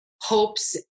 hopes